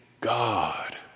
God